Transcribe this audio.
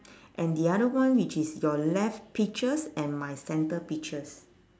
and the other one which is your left peaches and my centre peaches